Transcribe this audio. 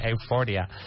Euphoria